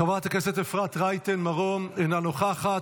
חברת הכנסת אפרת רייטן מרום, אינה נוכחת.